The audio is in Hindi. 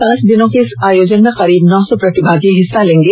पांच दिन के इस आयोजन में करीब नौ सौ प्रतिभागी हिस्सा लेंगे